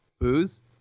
Booze